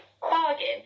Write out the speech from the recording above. bargain